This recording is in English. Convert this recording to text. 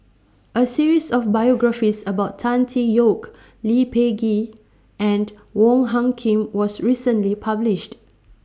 A series of biographies about Tan Tee Yoke Lee Peh Gee and Wong Hung Khim was recently published